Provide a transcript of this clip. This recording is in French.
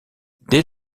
dès